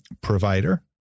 provider